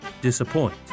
disappoint